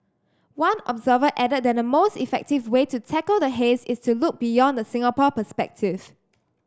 one observer added that the most effective way to tackle the haze is to look beyond the Singapore perspective